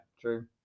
true